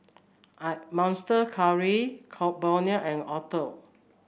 Monster Curry Burnie and Acuto